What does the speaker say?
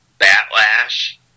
Batlash